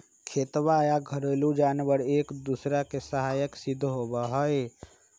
खेतवा और घरेलू जानवार एक दूसरा के सहायक सिद्ध होबा हई